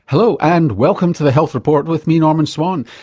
hello and welcome to the health report with me norman swan.